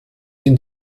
wir